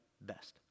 best